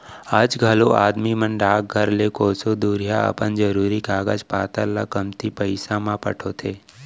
आज घलौ आदमी मन डाकघर ले कोसों दुरिहा अपन जरूरी कागज पातर ल कमती पइसा म पठोथें